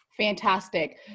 Fantastic